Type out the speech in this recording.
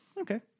okay